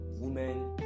Women